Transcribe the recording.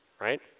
right